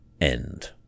end